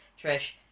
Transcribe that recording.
Trish